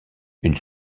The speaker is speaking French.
une